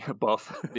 buff